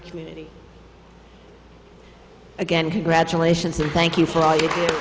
our community again congratulations and thank you for all you